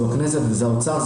זאת הכנסת וזה האוצר,